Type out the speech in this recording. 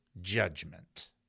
judgment